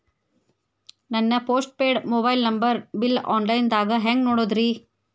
ನನ್ನ postpaid mobile number bill, online ದಾಗ ಹ್ಯಾಂಗ್ ನೋಡೋದ್ರಿ?